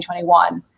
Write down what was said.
2021